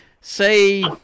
Say